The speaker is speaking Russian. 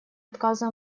отказа